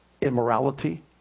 immorality